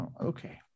Okay